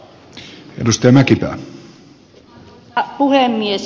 arvoisa puhemies